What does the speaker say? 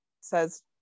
says